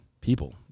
people